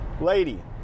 Lady